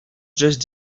just